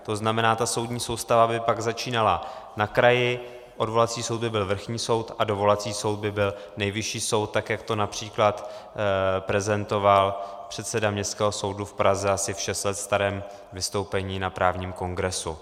To znamená, soudní soustava by pak začínala na kraji, odvolací soud by byl vrchní soud a dovolací soud by byl Nejvyšší soud, jak to například prezentoval předseda Městského soudu v Praze v asi šest let starém vystoupení na právním kongresu.